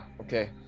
okay